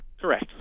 Correct